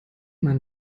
man